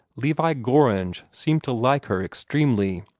levi gorringe seemed to like her extremely.